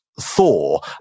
Thor